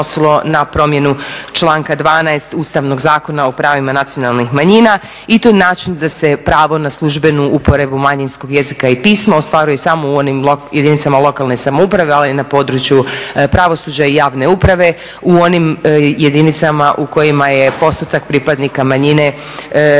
na promjenu članka 12. Ustavnog zakona o pravima nacionalnih manjina i to način da se pravo na službenu manjinskog jezika i pisma ostvaruje samo u onim jedinicama lokalne samouprave ali i na području pravosuđa i javne uprave, u onim jedinicama u kojim je postotak pripadnika manjine 505,